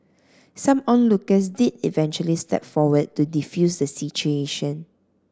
some onlookers did eventually step forward to defuse the situation